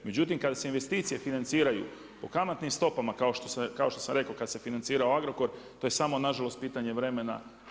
Međutim kada se investicije financiraju po kamatnim stopama kao što sam rekao kao što se financirao Agrokor to je samo nažalost pitanja vremena.